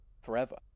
forever